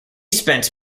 spent